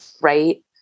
right